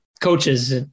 coaches